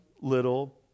little